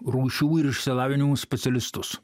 rūšių ir išsilavinimo specialistus